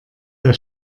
der